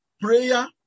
Prayer